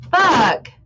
Fuck